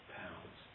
pounds